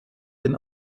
den